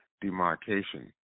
demarcation